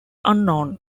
unknown